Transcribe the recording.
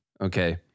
Okay